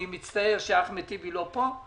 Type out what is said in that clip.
אני מצטער שאחמד טיבי לא כאן,